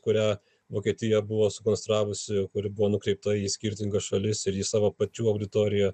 kurią vokietija buvo sukonstravusi kuri buvo nukreipta į skirtingas šalis ir į savo pačių auditoriją